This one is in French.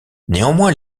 néanmoins